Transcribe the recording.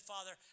Father